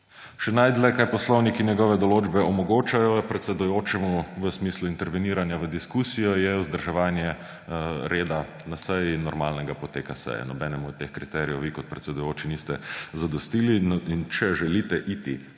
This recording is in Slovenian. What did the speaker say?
Še najdlje, kar poslovnik in njegove določbe omogočajo predsedujočemu, je v smislu interveniranja v diskusijo, je vzdrževanje reda na seji in normalnega poteka seje. Nobenemu od teh kriterijev vi kot predsedujoči niste zadostili. In če želite iti